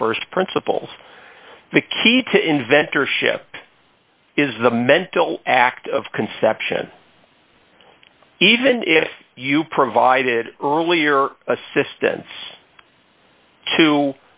of st principles the key to inventor ship is the mental act of conception even if you provided earlier assistance to